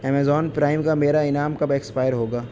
Amazon Prime کا میرا انعام کب ایکسپائر ہوگا